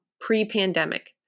pre-pandemic